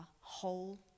whole